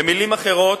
במלים אחרות,